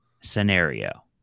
scenario